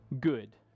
good